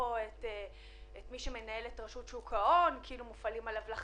חברת הכנסת פרקש, תדעי כחברת כנסת: זה